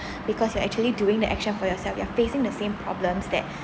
because you are actually doing the action for yourself you're facing the same problems that